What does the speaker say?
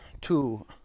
two